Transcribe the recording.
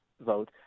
vote